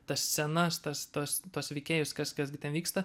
tas scenas tas tuos tuos veikėjus kas kas gi ten vyksta